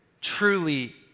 truly